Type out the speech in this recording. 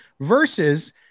Versus